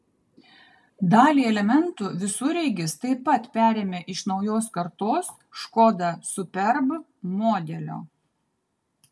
dalį elementų visureigis taip pat perėmė iš naujos kartos škoda superb modelio